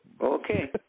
Okay